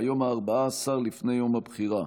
ביום הארבעה-עשר שלפני יום הבחירה.